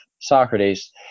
Socrates